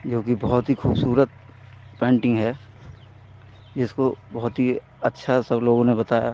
जोकि बहुत ही खूबसूरत पेन्टिन्ग है जिसको बहुत ही अच्छा सब लोगों ने बताया